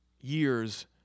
years